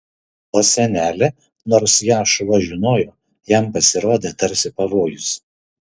o senelė nors ją šuo žinojo jam pasirodė tarsi pavojus